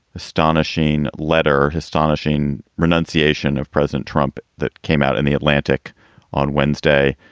astonishing letter. astonishing renunciation of president trump that came out in the atlantic on wednesday.